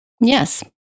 Yes